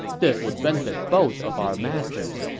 this would benefit both of our masters.